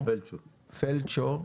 פלדשו.